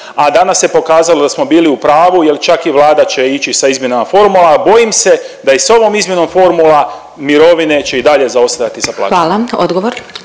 a danas se pokazalo da smo bili u pravu jer čak i Vlada će ići sa izmjenama formula, a bojim se da i s ovom izmjenom formula mirovine će i dalje zaostajati za plaćama.